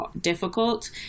difficult